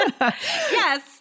yes